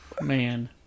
man